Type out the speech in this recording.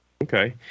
Okay